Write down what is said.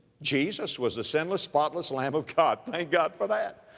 jesus was a sinless, spotless lamb of god, thank god for that.